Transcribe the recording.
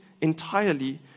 entirely